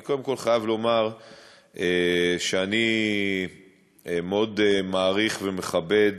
אני קודם כול חייב לומר שאני מאוד מעריך ומכבד